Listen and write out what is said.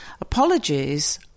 apologies